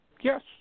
Yes